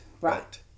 Right